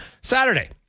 Saturday